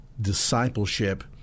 discipleship